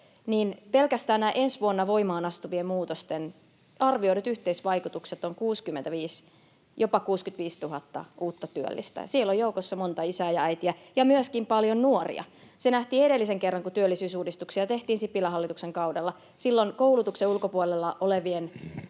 niin pelkästään ensi vuonna voimaan astuvien muutosten arvioidut yhteisvaikutukset ovat jopa 65 000 uutta työllistä. Siellä on joukossa monta isää ja äitiä, ja myöskin paljon nuoria. Se nähtiin edellisen kerran, kun työllisyysuudistuksia tehtiin Sipilän hallituksen kaudella. Silloin koulutuksen ja työelämän ulkopuolella olevien